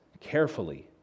carefully